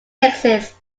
texas